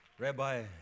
Rabbi